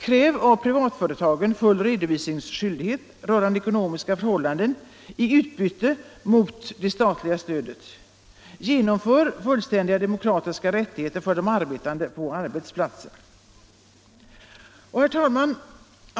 Kräv av privatföretagen full redovisningsskyldighet rörande ekonomiska förhållanden i utbyte mot det statliga stödet. Genomför fullständiga demokratiska rättigheter för de arbetande på arbetsplatserna.